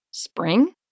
Spring